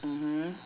mmhmm